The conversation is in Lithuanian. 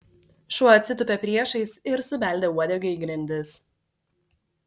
šuo atsitūpė priešais ir subeldė uodega į grindis